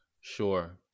Sure